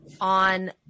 on